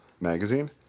magazine